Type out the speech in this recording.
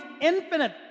infinite